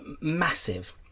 massive